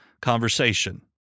conversation